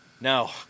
No